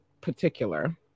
particular